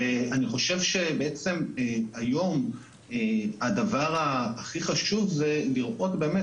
אני חושב שבעצם היום הדבר הכי חשוב זה לראות באמת